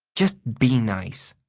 just be nice,